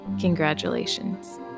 congratulations